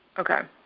okay.